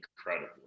Incredible